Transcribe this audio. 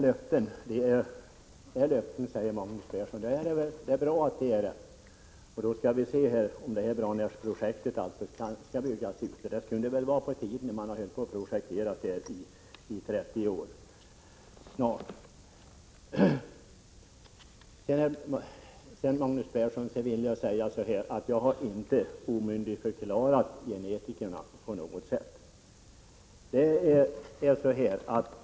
Vallöften är faktiskt löften, säger Magnus Persson. Det är bra, och då skall vi se om Branäsprojektet skall byggas ut. Det kunde väl vara på tiden, när man har hållit på att projektera i snart 30 år. Sedan vill jag säga till Magnus Persson att jag inte har omyndigförklarat genetikerna på något sätt.